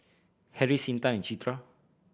Harris Intan and Citra